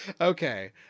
Okay